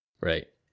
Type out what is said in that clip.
Right